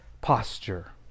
posture